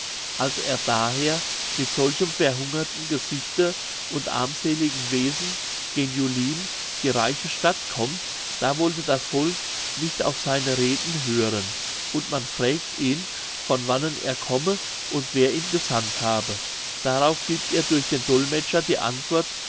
als er daher mit solchem verhungerten gesichte und armseligen wesen gen julin die reiche stadt kommt da wollte das volk nicht auf seine reden hören und man frägt ihn von wannen er komme und wer ihn gesandt habe darauf gibt er durch den dolmetscher die antwort